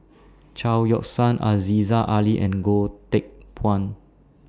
Chao Yoke San Aziza Ali and Goh Teck Phuan